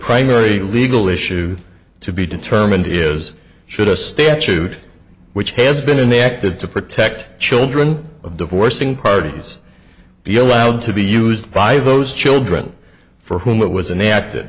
primary legal issue to be determined is should a statute which has been in the acted to protect children of divorcing parties be allowed to be used by those children for whom it was an act